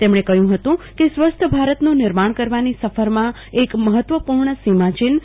તેમણે કહ્યું હતું કે સ્વસ્થ ભારતનું નિર્માણ કરવાની સફરમાં એક મહત્વપૂર્ણ સીમાચિહ્ન